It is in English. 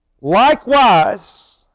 Likewise